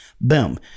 boom